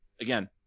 Again